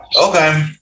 Okay